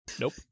Nope